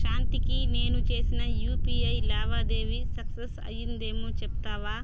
శాంతికి నేను చేసిన యూపిఐ లావాదేవి సక్సస్ అయ్యిందేమో చెప్తావా